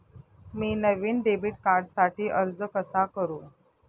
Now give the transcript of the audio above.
मी नवीन डेबिट कार्डसाठी अर्ज कसा करु?